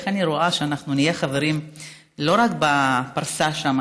איך אני רואה שנהיה חברים לא רק בפרסה שם,